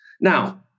Now